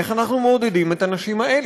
איך אנחנו מעודדים את הנשים האלה?